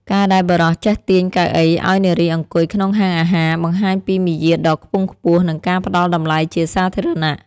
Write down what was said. ការដែលបុរសចេះទាញកៅអីឱ្យនារីអង្គុយក្នុងហាងអាហារ បង្ហាញពីមារយាទដ៏ខ្ពង់ខ្ពស់ និងការផ្ដល់តម្លៃជាសាធារណៈ។